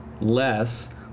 less